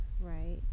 right